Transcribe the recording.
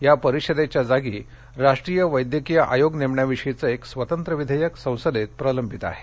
या परिषदेच्या जागी राष्ट्रीय वैद्यकीय आयोग नेमण्याविषयीचं एक स्वतंत्र विधेयक संसदेत प्रलंबित आहे